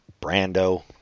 Brando